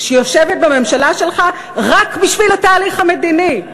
שיושבת בממשלה שלך רק בשביל התהליך המדיני,